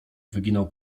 wyginał